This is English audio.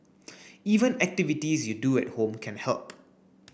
even activities you do at home can help